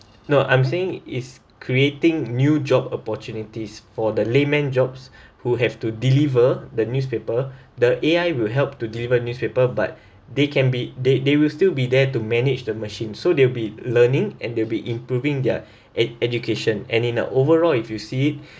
no I'm saying is creating new job opportunities for the layman jobs who have to deliver the newspaper the A_I will help to deliver newspaper but they can be they they will still be there to manage the machine so they will be learning and they'll be improving their e~ education and in the overall if you see